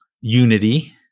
unity